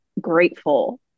grateful